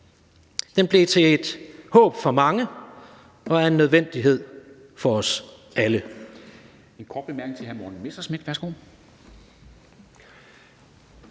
den blev til et håb for mange og er en nødvendighed for os alle.